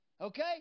Okay